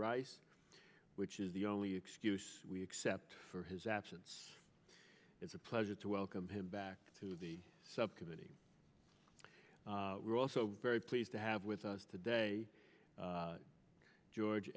rice which is the only excuse except for his absence it's a pleasure to welcome him back to the subcommittee we're also very pleased to have with us today george